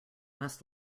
must